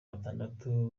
batandatu